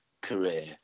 career